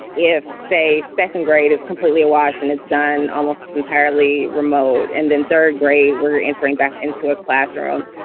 if, say, second grade is completely a wash and is done almost entirely remote and then third grade, we're entering back into a classroom.